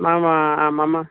मा मा मम